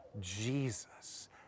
Jesus